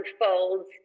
unfolds